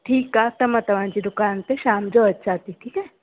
ठीकु आहे त मां तव्हांजी दुकान ते शाम जो अचां थी ठीकु आहे